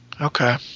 Okay